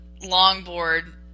longboard